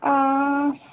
अं